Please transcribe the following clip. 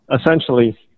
essentially